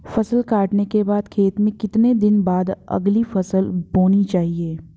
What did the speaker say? फसल काटने के बाद खेत में कितने दिन बाद अगली फसल बोनी चाहिये?